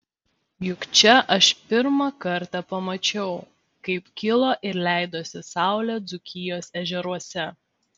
juk čia aš pirmą kartą pamačiau kaip kilo ir leidosi saulė dzūkijos ežeruose